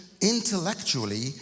intellectually